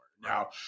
Now